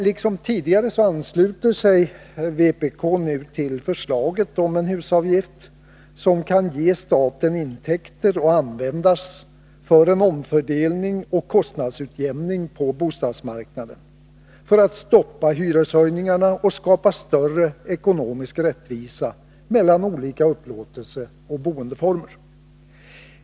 Liksom tidigare ansluter sig vpk nu till förslaget om en husavgift som kan ge staten intäkter att användas för en omfördelning och kostnadsutjämning på bostadsmarknaden, för att stoppa hyreshöjningarna och skapa större ekonomisk rättvisa mellan olika upplåtelseoch boendeformer.